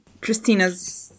Christina's